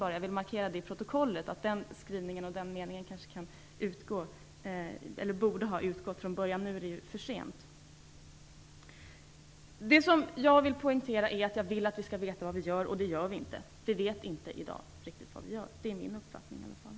Jag vill markera till protokollet att den meningen borde ha utgått - nu är det ju för sent. Det jag vill poängtera är alltså att vi skall veta vad vi gör - och det gör vi inte i dag. Vi vet i dag inte riktigt vad vi gör - det är i alla fall min uppfattning.